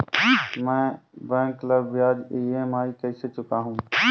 मैं बैंक ला ब्याज ई.एम.आई कइसे चुकाहू?